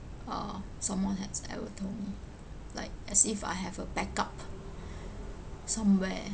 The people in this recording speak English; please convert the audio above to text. uh someone has ever told me like as if I have a backup somewhere